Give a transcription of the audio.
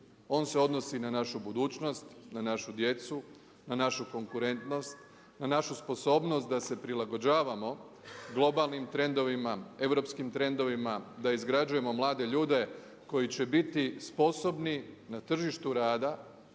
on se odnosi na našu budućnost, na našu djecu, na našu konkurentnost, na našu sposobnost da se prilagođavamo globalnim trendovima, europskih trendovima, da izgrađujemo mlade ljude koji će biti sposobni na tržištu rada,